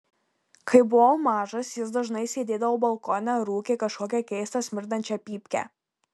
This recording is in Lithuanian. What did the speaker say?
kai buvau mažas jis dažnai sėdėdavo balkone rūkė kažkokią keistą smirdinčią pypkę